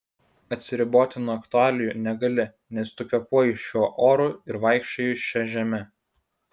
atsiriboti nuo aktualijų negali nes tu kvėpuoji šiuo oru ir vaikščioji šia žeme